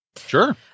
Sure